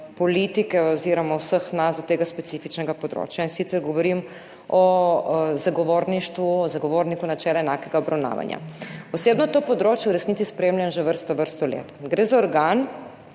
politike oziroma vseh nas do tega specifičnega področja, in sicer govorim o zagovorništvu, zagovorniku načela enakega obravnavanja. Osebno to področje v resnici spremljam že vrsto, vrsto let. Gre za organ,